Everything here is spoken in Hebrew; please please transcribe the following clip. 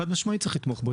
חד משמעית צריך לתמוך בו,